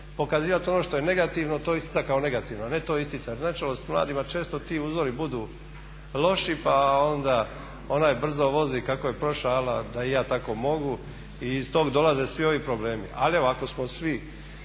pokazivati ono što je negativno, to isticati kao negativno a ne to isticati. Nažalost mladima često ti uzori budu loši pa onda onaj brzo vozi kako je prošao da i ja tako mogu i iz toga dolaze svi ovi problemi. Ali evo ako smo svi